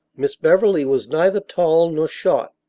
miss beverly was neither tall nor short.